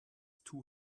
two